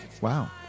Wow